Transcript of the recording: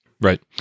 Right